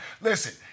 listen